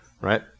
right